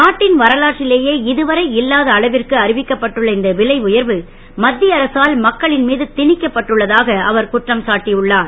நாட்டின் வரலாற்றிலேயே இதுவரை இல்லாத அளவிற்கு அறிவிக்கப்பட்டுள்ள இந்த விலை உயர்வு மத் ய அரசால் மக்களின் மீது ணிக்கப்பட்டுள்ளதாக அவர் குற்றம் சாட்டி உள்ளார்